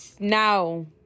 now